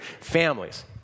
families